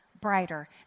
brighter